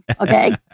Okay